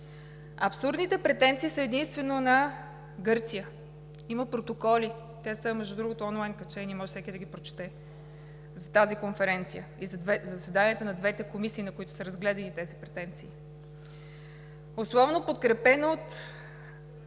Абсурдните претенции са единствено на Гърция – има протоколи и те, между другото, са качени онлайн, може всеки да ги прочете, за тази конференция и за заседанията на двете комисии, на които са разгледани тези претенции – условно подкрепена от